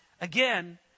again